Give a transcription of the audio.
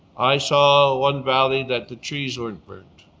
i saw one valley that the trees weren't burnt.